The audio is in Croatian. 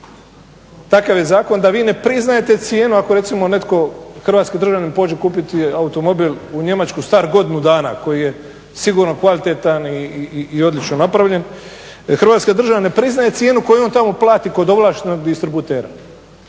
takav je zakon da vi ne priznajete cijenu ako recimo netko, hrvatski državljanin pođe kupiti automobil u Njemačku star godinu dana, koji je sigurno kvalitetan i odlično napravljen, Hrvatska država ne priznaje cijenu koju on tamo plati kod ovlaštenog distributera.